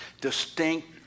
Distinct